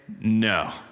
no